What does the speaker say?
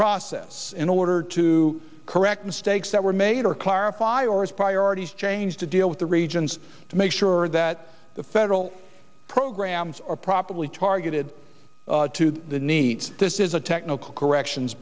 process in order to correct mistakes that were made or clarify or its priorities changed to deal with the regions to make sure that the federal programs are properly targeted to the neat this is a technical corrections